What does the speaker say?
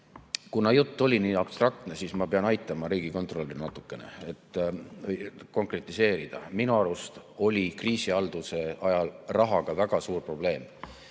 Kuna jutt oli nii abstraktne, siis ma pean aitama riigikontrolöril natukene konkretiseerida. Minu arust oli kriisihalduse ajal rahaga väga suur probleem.